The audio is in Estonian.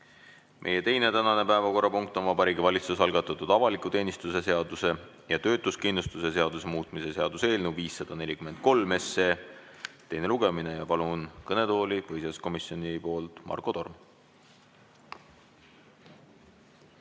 Meie tänane teine päevakorrapunkt on Vabariigi Valitsuse algatatud avaliku teenistuse seaduse ja töötuskindlustuse seaduse muutmise seaduse eelnõu 543 teine lugemine. Palun kõnetooli põhiseaduskomisjoni esindaja Marko Tormi.